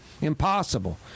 impossible